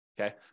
okay